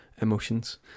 emotions